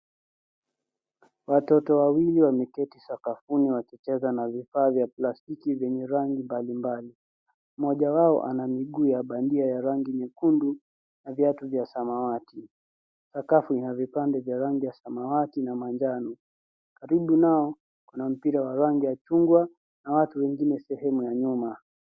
Watoto wawili wameketi sakafuni, wakicheza na vifaa vya plastiki vyenye rangi mbalimbali. Mmoja wao ana miguu ya bandia ya rangi nyekundu, na viatu vya samawati. Sakafu ina vipande vya rangi ya samawati na manjano. Karibu nao kuna mpira wa rangi ya chungwa na watu wengine sehemu ya nyuma.